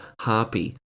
harpy